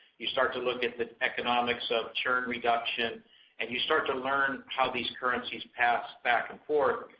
you start to look at the economics of churn reduction and you start to learn how these currencies pass back and forth,